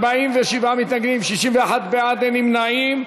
47 מתנגדים, 61 בעד, אין נמנעים.